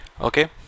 okay